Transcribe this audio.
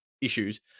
issues